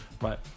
right